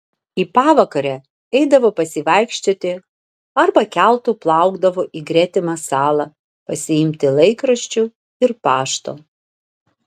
į pavakarę eidavo pasivaikščioti arba keltu plaukdavo į gretimą salą pasiimti laikraščių ir pašto